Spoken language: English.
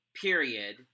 period